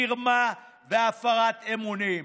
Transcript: מרמה והפרת אמונים.